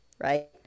Right